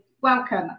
welcome